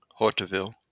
Horteville